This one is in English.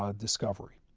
ah discovery.